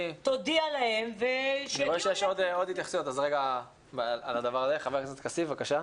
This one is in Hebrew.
חבר הכנסת כסיף, בבקשה.